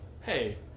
hey